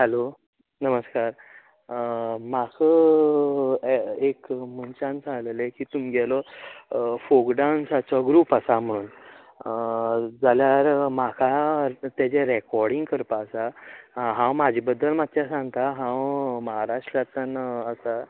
hello नमस्कार म्हाका ये एक मनशान सांगलेलें की तुमगेलो फोक डान्स आसा ग्रूप आसा म्हण जाल्यार म्हाका तेजें रेकाॅर्डींग करपा आसा हांव म्हाजे बद्दल मात्शें सांगता हांव महाराष्ट्रांतल्यान आसा